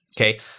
Okay